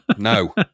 No